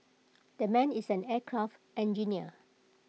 that man is an aircraft engineer